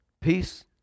Peace